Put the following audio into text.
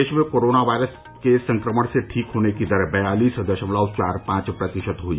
देश में corona virus के संक्रमण से ठीक होने की दर बयालीस दशमलव चार पांच प्रतिशत हुई